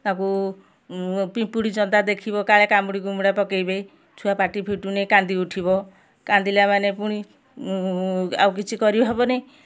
ତାକୁ ପିମ୍ପୁଡ଼ି ଜନ୍ଦା ଦେଖିବ କାଳେ କାମୁଡ଼ି କୁମୁଡା଼ ପକାଇବେ ଛୁଆ ପାଟି ଫିଟୁନି କାନ୍ଦି ଉଠିବ କାନ୍ଦିଲା ମାନେ ପୁଣି ଆଉ କିଛି କରି ହେବନି